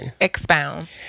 Expound